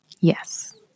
Yes